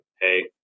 hey